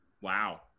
wow